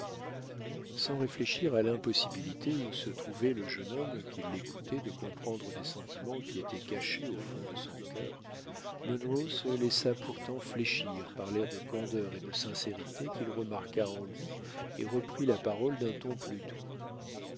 sans réfléchir à l'impossibilité où se trouvait le jeune homme qui l'écoutait de comprendre des sentiments qui étaient cachés au fond de son cœur munro se laissa pourtant fléchir par l'air de candeur et de sincérité qu'il remarqua en lui et reprit la parole d'un ton plus doux